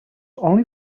only